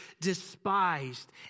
despised